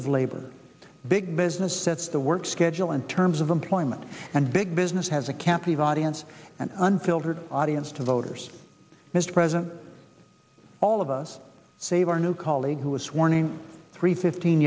of labor big business sets the work schedule in terms of employment and big business has a captive audience and unfiltered audience to voters mr president all of us save our new colleague who was warning three fifteen